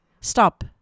Stop